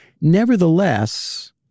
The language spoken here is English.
nevertheless